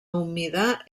humida